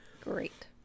Great